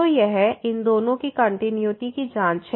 तो यह इन दोनों की कंटिन्यूटी की जाँच है